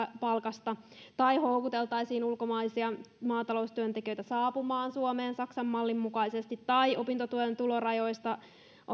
palkasta tai houkuteltaisiin ulkomaisia maataloustyöntekijöitä saapumaan suomeen saksan mallin mukaisesti tai opintotuen tulorajoista